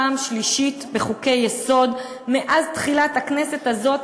פעם שלישית מאז תחילת הכנסת הזאת,